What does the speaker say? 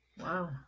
Wow